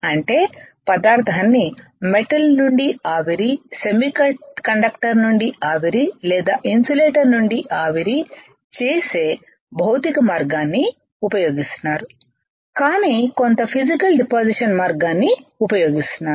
అంటే పదార్థాన్ని మెటల్ నుండి ఆవిరి సెమీకండక్టర్ నుండి ఆవిరి లేదా ఇన్సులేటర్ నుండి ఆవిరి చేసే భౌతిక మార్గాన్ని ఉపయోగిస్తున్నారు కానీ కొంత ఫిసికల్ డిపాసిషన్ మార్గాన్ని ఉపయోగిస్తున్నారు